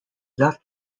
left